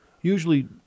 usually